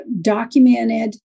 documented